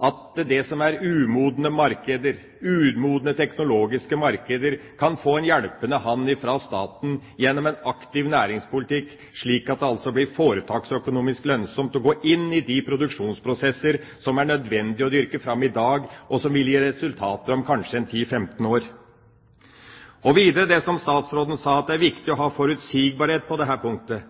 at det som er umodne teknologiske markeder, kan få en hjelpende hånd fra staten gjennom en aktiv næringspolitikk, slik at det altså blir foretaksøkonomisk lønnsomt å gå inn i de produksjonsprosesser som det er nødvendig å dyrke fram i dag, og som vil gi resultater om kanskje 10–15 år. Statsråden sa videre at det er viktig å ha forutsigbarhet på dette punktet.